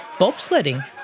bobsledding